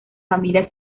familia